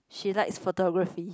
she likes photography